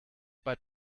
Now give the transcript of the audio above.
but